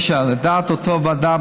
לדעת אותה ועדה,